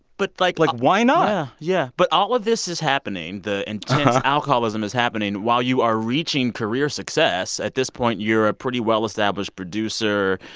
but, like like, why not? yeah, yeah. but all of this is happening the intense alcoholism is happening while you are reaching career success. at this point, you're a pretty well-established producer.